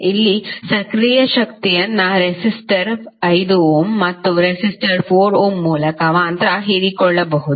ಇಲ್ಲಿ ಸಕ್ರಿಯ ಶಕ್ತಿಯನ್ನು ರೆಸಿಸ್ಟರ್ 5 ಓಮ್ ಮತ್ತು ರೆಸಿಸ್ಟರ್ 4 ಓಮ್ ಮೂಲಕ ಮಾತ್ರ ಹೀರಿಕೊಳ್ಳಬಹುದು